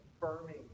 confirming